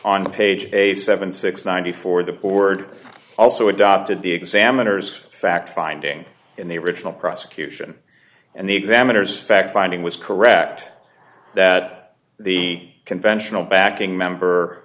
on page eighty seven six ninety four the board also adopted the examiner's fact finding in the original prosecution and the examiner's fact finding was correct that the conventional backing member